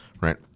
right